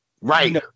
Right